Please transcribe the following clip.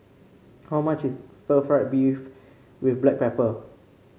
how much is Stir Fried Beef with Black Pepper